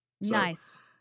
Nice